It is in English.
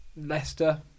Leicester